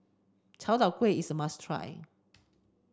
Chai Tow Kuay is a must try